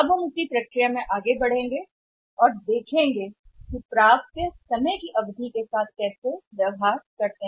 अब हम उसी प्रक्रिया में आगे बढ़ेंगे और हमें यह देखने दें कि प्राप्य कैसे हैं समय की अवधि में व्यवहार करना